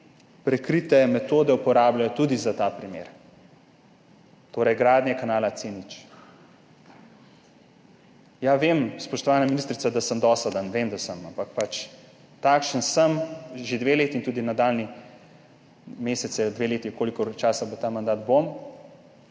prikrite metode uporabljajo tudi za ta primer, torej gradnjo kanala C0. Ja vem, spoštovana ministrica, da sem dosadan, vem, da sem, ampak takšen pač sem že dve leti in tudi nadaljnje mesece, dve leti, kolikor časa bo ta mandat, bom.